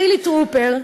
חילי טרופר,